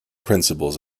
principles